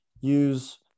use